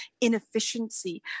inefficiency